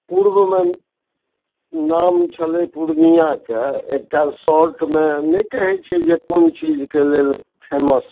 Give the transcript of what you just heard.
पूर्वमे नाम छलै पूर्णियाके एकटा शार्टमे नहि कहै छै कोन चीजके लेल फेमस